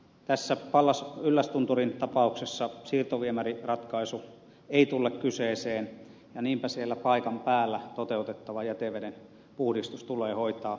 tässä pallas yllästunturin tapauksessa siirtoviemäriratkaisu ei tule kyseeseen ja niinpä siellä paikan päällä toteutettava jäteveden puhdistus tulee hoitaa asianmukaisesti